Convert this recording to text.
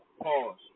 Pause